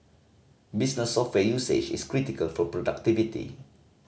business software usage is critical for productivity